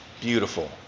beautiful